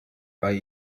bei